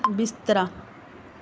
ਬਿਸਤਰਾ